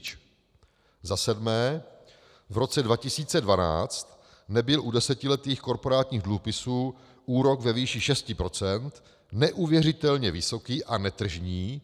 V roce 2012 nebyl u desetiletých korporátních dluhopisů úrok ve výši 6 % neuvěřitelně vysoký a netržní.